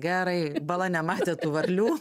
gerai bala nematė tų varlių